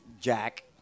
Jack